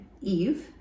Eve